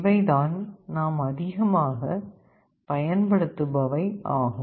இவைதான் நாம் அதிகமாக பயன்படுத்துபவை ஆகும்